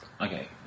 Okay